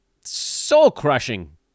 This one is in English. Soul-crushing